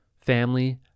Family